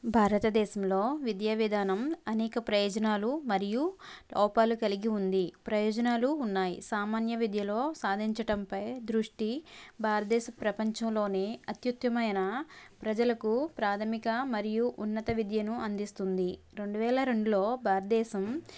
భారతదేశంలో విద్యా విధానం అనేక ప్రయోజనాలు మరియు లోపాలు కలిగి ఉంది ప్రయోజనాలు ఉన్నాయి సామాన్య విద్యలో సాధించటంపై దృష్టి భారతదేశ ప్రపంచంలోని అత్యుత్తమమైన ప్రజలకు ప్రాధమిక మరియు ఉన్నత విద్యను అందిస్తుంది రెండువేల రెండులో భారతదేశం